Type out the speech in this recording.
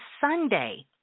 Sunday